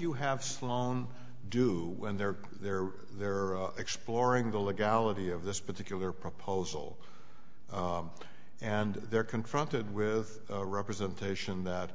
you have sloan do when they're there they're exploring the legality of this particular proposal and they're confronted with representation that